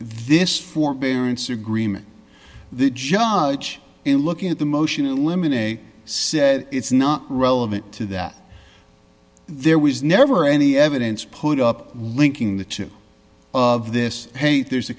this forbearance agreement the judge in looking at the motion eliminate said it's not relevant to that there was never any evidence put up linking the two of this paint there's